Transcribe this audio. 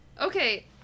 Okay